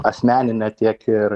asmeninė tiek ir